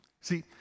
See